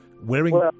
wearing